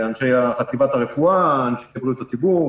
כמה אנשים הגיעו לסופר, כמה אנשים הגיעו שוב,